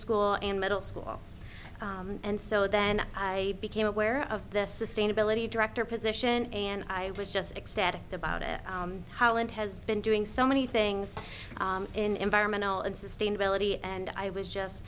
school and middle school and so then i became aware of the sustainability director position and i was just ecstatic about it holland has been doing so many things in environmental and sustainability and i was just